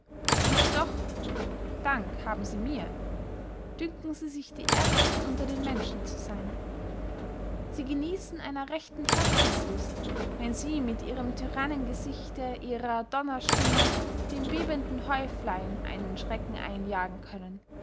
und doch dank haben sie mir dünken sie sich die ersten unter den menschen zu seyn sie geniessen einer rechten herzenslust wenn sie mit ihrem tyrannengesichte ihrer donnerstimme dem bebenden häuflein einen schrecken einjagen können